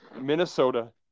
Minnesota